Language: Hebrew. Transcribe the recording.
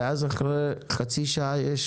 אחרי חצי שעה יש